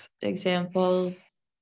examples